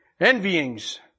Envyings